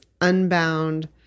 Unbound